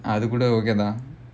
அது கூட இருக்காது:adhu kooda irukkaathu